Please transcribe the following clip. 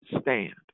stand